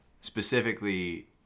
specifically